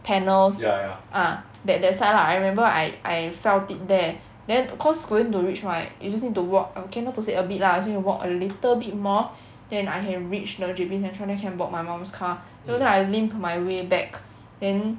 panels ah that that side lah I remember I I felt it there then cause going to reach right you just need to walk K not to say a bit lah still need to walk a little bit more then I can reach the J_B central then can board my mum's car so then I limp my way back then